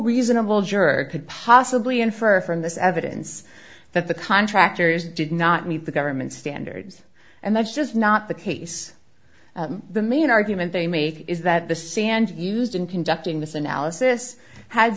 reasonable juror could possibly infer from this evidence that the contractors did not meet the government standards and that's just not the case the main argument they made is that the sand used in conducting this analysis had